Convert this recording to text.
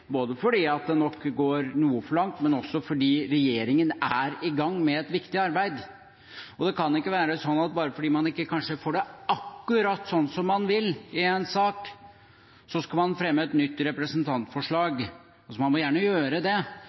fordi det nok går noe for langt, men også fordi regjeringen er i gang med et viktig arbeid. Det kan ikke være slik at bare fordi man kanskje ikke får det akkurat slik som man vil i en sak, så skal man fremme et nytt representantforslag. Man må gjerne gjøre det,